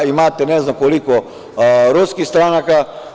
Imate, ne znam koliko, ruskih stranaka.